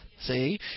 see